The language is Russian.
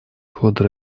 хода